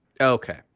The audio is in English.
Okay